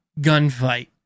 gunfight